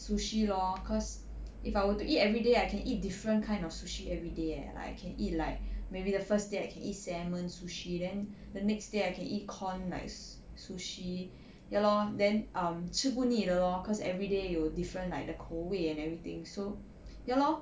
sushi lor cause if I were to eat everyday I can eat different kind of sushi everyday eh I can eat like maybe the first day I can eat salmon sushi then the next day I can eat corn nice sushi ya lor then um 吃不腻的 lor cause everyday 有 different like the 口味 and everything so ya lor